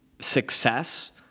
success